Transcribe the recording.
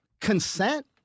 consent